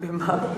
במה?